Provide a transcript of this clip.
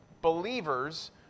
believers